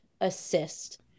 assist